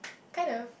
kind of